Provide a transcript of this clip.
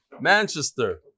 Manchester